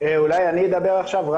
אולי אני אדבר עכשיו?